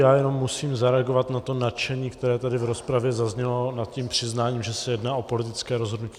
Já jenom musím zareagovat na to nadšení, které tady v rozpravě zaznělo nad tím přiznáním, že se jedná o politické rozhodnutí.